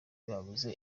babuze